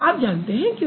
आप जानते हैं क्यों